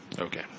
Okay